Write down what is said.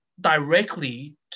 directly